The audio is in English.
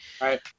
Right